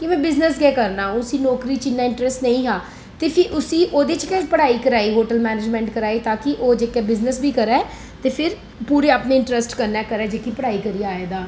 कि के में बिजनेस गै करना उसी नौकरी च इन्ना इंटरेस्ट नेईं हा ते फ्ही उसी ओह्दे च गै पढ़ाई कराई होटल मनेंजमेंट कराई ता कि ओह् जेहका बिजनस बी करै ते फिर पूरे अपने इंटरेस्ट कन्नै करै जेह्की पढ़ाई करी आए दा